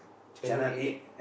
channel-eight